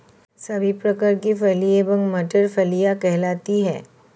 सभी प्रकार की फली एवं मटर फलियां कहलाती हैं